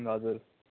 हजुर